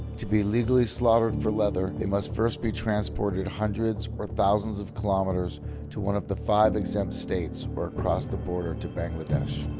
to be legally slaughtered for leather, they must first be transported hundreds or thousands of kilometres to one of the five exempt states or across the border to bangladesh.